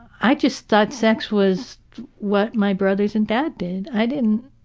i just thought sex was what my brothers and dad did. i didn't,